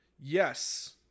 Yes